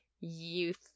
youth